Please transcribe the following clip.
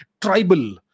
tribal